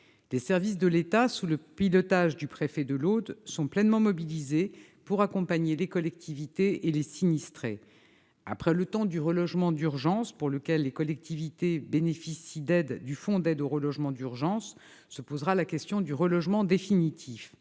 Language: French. Les services de l'État, sous le pilotage du préfet de l'Aude, sont pleinement mobilisés pour accompagner les collectivités et les sinistrés. Après le temps du relogement d'urgence, pour lequel les collectivités bénéficient d'aides du fonds d'aide au relogement d'urgence, se posera la question du relogement définitif.